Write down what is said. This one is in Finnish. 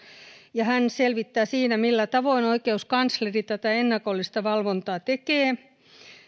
hän selvittää siinä millä tavoin oikeuskansleri tätä ennakollista valvontaa tekee